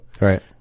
Right